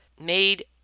made